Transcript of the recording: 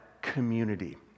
community